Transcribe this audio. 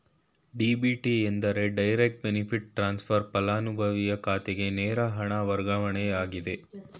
DBT ಎಂದರೆ direct benefit transfer, ಪಲಾನುಭವಿಯ ಖಾತೆಗೆ ನೇರ ಹಣ ವರ್ಗಾವಣೆಯಾಗಿದೆ